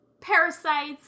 parasites